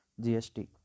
GST